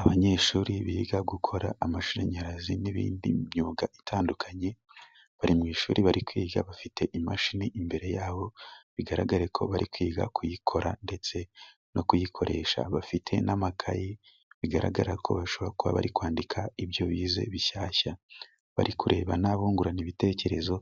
Abanyeshuri biga gukora amashanyarazi n'indi myuga itandukanye, bari mu ishuri bari kwiga. Bafite imashini imbere yabo bigaragara ko bari kwiga kuyikora ndetse no kuyikoresha. Bafite n'amakayi bigaragara ko bashobora kuba bari kwandika ibyo bize bishyashya, bari kurebana bungurana ibitekerezo,